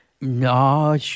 No